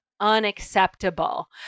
unacceptable